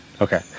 Okay